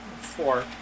four